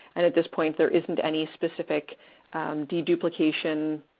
and at this point, there isn't any specific deduplication